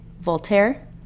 Voltaire